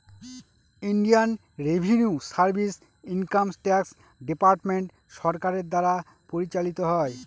Indian revenue service income tax department সরকারের দ্বারা পরিচালিত হয়